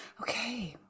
Okay